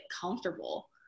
comfortable